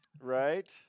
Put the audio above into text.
Right